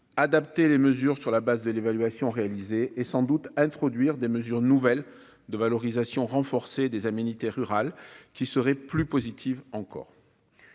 adapter les mesures sur la base de l'évaluation réalisée et sans doute introduire des mesures nouvelles de valorisation renforcé des aménité rural qui serait plus positive encore